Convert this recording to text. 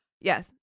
yes